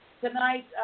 Tonight